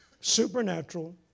supernatural